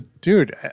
Dude